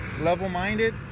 level-minded